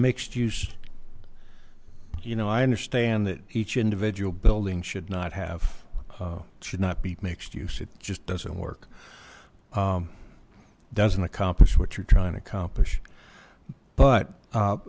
mixed use you know i understand that each individual building should not have should not be mixed use it just doesn't work doesn't accomplish what you're trying to accomplish but